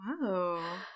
Wow